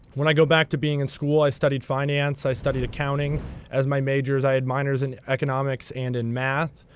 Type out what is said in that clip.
when i go back to being in school, i studied finance, i studied accounting as my majors. i had minors in economics and in math.